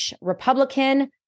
Republican